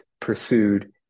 pursued